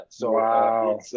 Wow